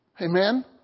Amen